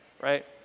Right